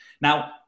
Now